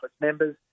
members